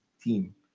team